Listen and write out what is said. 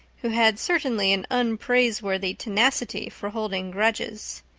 who had certainly an unpraiseworthy tenacity for holding grudges.